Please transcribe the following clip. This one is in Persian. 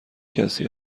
کسی